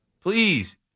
Please